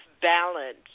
balance